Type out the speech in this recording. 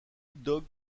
dog